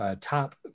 Top